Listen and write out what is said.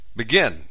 begin